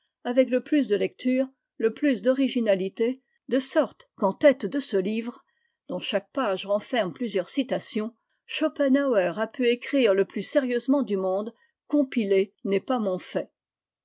avec le plus de lecture le plus d'originalité de sorte qu'en tête de ce livre dont chaque page renferme plusieurs citations schopenhauer a pu écrire le plus sérieusement du monde compiler n'est pas mon fait